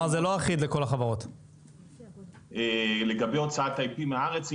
לגבי הוצאת IP מהארץ, יש כל מיני מקרים.